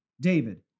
David